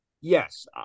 Yes